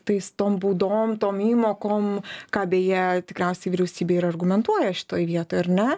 tais tom baudom tom įmokom ką beje tikriausiai vyriausybė ir argumentuoja šitoj vietoj ar ne